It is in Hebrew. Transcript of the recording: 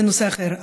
לנושא אחר.